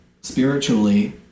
spiritually